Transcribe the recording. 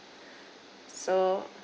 so